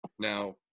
Now